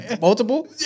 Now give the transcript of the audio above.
multiple